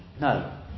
no